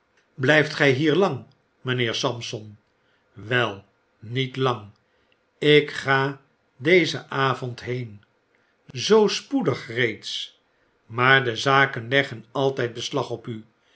blijft gij hier lang mijnheer sampson wel niet lang ik ga dezen avond heen zoo spoedig reeds maar de zaken leggen altijd beslag op u